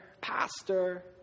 pastor